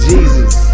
Jesus